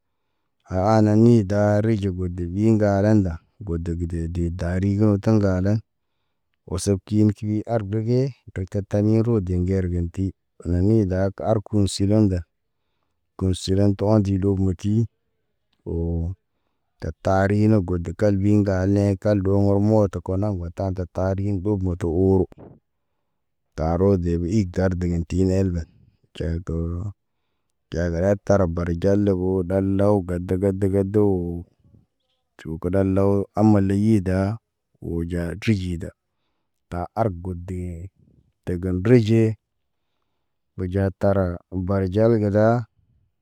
A anani da riji gode de wi ŋgare nda gode dek dari ge o tḛŋgalen. Osef kin ki ardege rekep taɲi ro de ŋger gen ki, nani la arku. Gun silon nda, gun silan te ɔn di dog manti, oo ta tari ne god de kal bi ŋgal nee kal ɗoŋgo moto kona go ta tari gob moto oro. Taro deg ig tar degen ti nel be tʃe do, tedaya bar jala o law gar daga doo. Tʃu keɗa law amal leyi da, o ja tuji da ta ar gode tegen reje oja tara bar jal ge da.